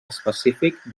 específic